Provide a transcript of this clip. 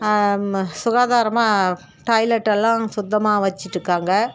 சுகாதாரமாக டாய்லெட்டெல்லாம் சுத்தமாக வச்சுட்ருக்காங்க